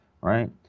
right